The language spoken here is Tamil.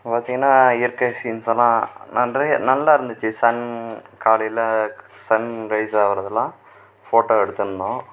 பார்த்திங்கன்னா இயற்கை சீன்ஸ் எல்லாம் நல்லா இருந்துச்சு சன் காலையில் சன்ரைஸ் ஆகிறதுல்லாம் ஃபோட்டோ எடுத்திருந்தோம்